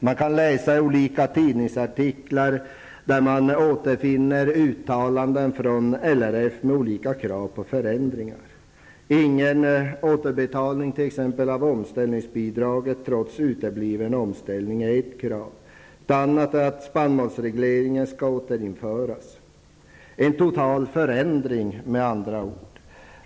Man kan läsa i olika tidningsartiklar uttalanden från LRF med olika krav på förändringar. Ingen återbetalning t.ex. av omställningsbidraget trots utebliven omställning är ett sådant krav. Ett annat är att spannmålsregleringen skall återinföras. Det innebär med andra ord en total förändring.